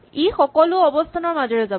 ই সকলো অৱস্হানৰ মাজেৰে যাব